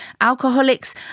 Alcoholics